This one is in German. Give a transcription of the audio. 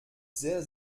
sehr